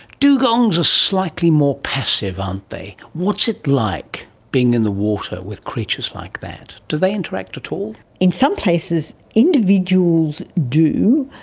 dugongs are ah slightly more passive aren't they! what's it like being in the water with creatures like that? do they interact at all? in some places individuals do.